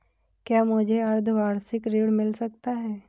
क्या मुझे अर्धवार्षिक ऋण मिल सकता है?